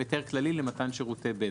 היתר כללי למתן שירותי בזק.